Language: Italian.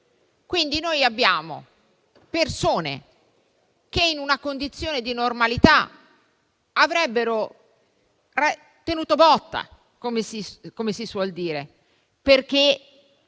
Vi sono quindi persone che in una condizione di normalità avrebbero tenuto botta, come si suol dire, perché